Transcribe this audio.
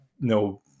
No